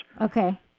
Okay